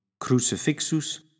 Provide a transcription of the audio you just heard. crucifixus